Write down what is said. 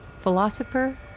Philosopher